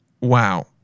Wow